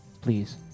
Please